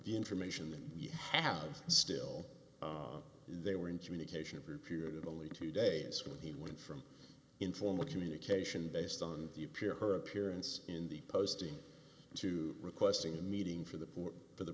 the information you have still they were in communication of reputed only two days when he went from informal communication based on the appear her appearance in the posting to requesting a meeting for the board for the